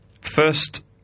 First